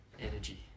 Energy